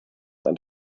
and